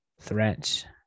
threat